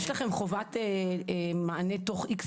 יש לכן חובת מענה תוך X זמן?